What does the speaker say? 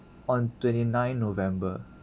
on twenty nine november